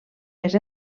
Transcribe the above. més